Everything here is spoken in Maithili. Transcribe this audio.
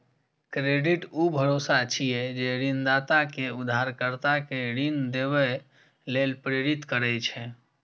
क्रेडिट ऊ भरोसा छियै, जे ऋणदाता कें उधारकर्ता कें ऋण देबय लेल प्रेरित करै छै